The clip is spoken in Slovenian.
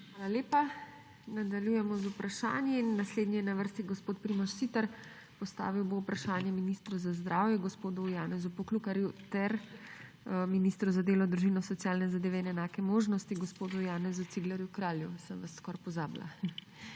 Hvala lepa. Nadaljujemo z vprašanji. Naslednji je na vrsti gospod Primož Siter. Postavil bo vprašanje ministru za zdravje gospodu Janezu Poklukarju ter ministru za delo, družino, socialne zadeve in enake možnosti gospodu Janezu Ciglerju Kralju. Sem vas skoraj pozabila.